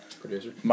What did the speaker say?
producer